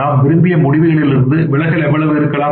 நாம் விரும்பிய முடிவுகளிலிருந்து விலகல் எவ்வளவு இருக்கலாம்